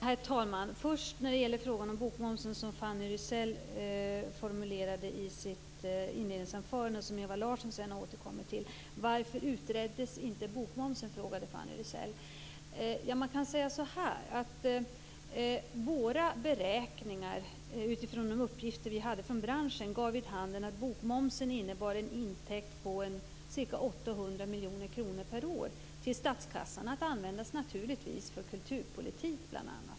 Herr talman! Fanny Rizell formulerade i sitt inledningsanförande en fråga om bokmomsen, som sedan Ewa Larsson återkom till. Varför utreddes inte bokmomsen? frågade Fanny Rizell. Våra beräkningar utifrån de uppgifter vi hade från branschen gav vid handen att bokmomsen innebar en intäkt på ca 800 miljoner kronor per år till statskassan, naturligtvis att användas för bl.a. kulturpolitik.